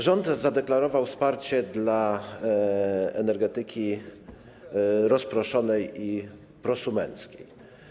Rząd zadeklarował wsparcie dla energetyki rozproszonej i prosumenckiej.